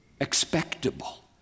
expectable